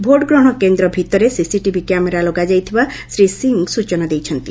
vote ଗ୍ରହଶ କେନ୍ଦ ଭିତରେ ସିସିଟିଭି କ୍ୟାମେରା ଲଗାଯାଇଥିବା ଶ୍ରୀ ସିଂ ସୂଚନା ଦେଇଛନ୍ତି